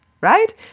Right